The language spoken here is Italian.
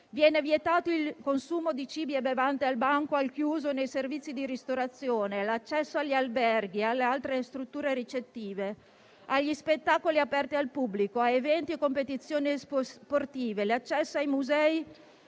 Viene vietato il consumo di cibi e bevande al banco al chiuso e nei servizi di ristorazione, l'accesso agli alberghi e alle altre strutture ricettive, agli spettacoli aperti al pubblico, a eventi e competizioni sportive; viene proibito l'accesso ai musei